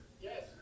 Yes